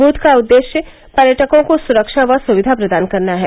booth का उद्देश्य पर्यटकों को सुरक्षा व सुक्षिा प्रदान करना है